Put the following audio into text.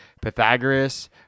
pythagoras